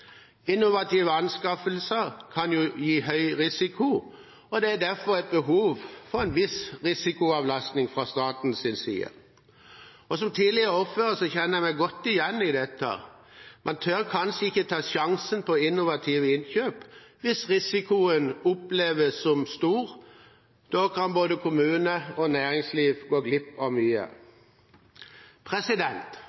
Innovative anskaffelser kan jo gi høyere risiko, og det er derfor behov for en viss risikoavlastning fra statens side. Som tidligere ordfører kjenner jeg meg godt igjen i dette. Man tør kanskje ikke ta sjansen på innovative innkjøp hvis risikoen oppleves som stor. Da kan både kommune og næringsliv gå glipp av